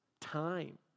time